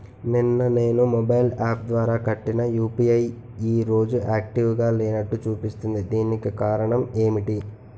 నిన్న నేను mobile app ద్వారా కట్టిన యు.పి.ఐ ఈ రోజు యాక్టివ్ గా లేనట్టు చూపిస్తుంది దీనికి కారణం ఏమిటి?